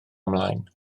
ymlaen